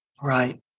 Right